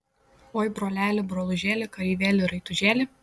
oi broleli brolužėli kareivėli raitužėli